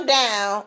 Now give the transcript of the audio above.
down